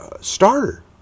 Starter